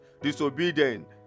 disobedient